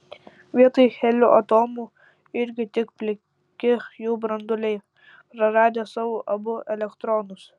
vietoj helio atomų irgi tik pliki jų branduoliai praradę savo abu elektronus